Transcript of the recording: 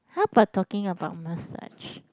how about talking about massage